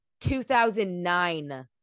2009